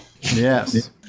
yes